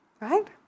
right